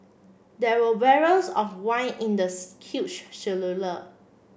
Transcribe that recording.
there were barrels of wine in the huge